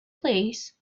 plîs